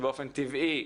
שבאופן טבעי,